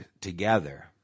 together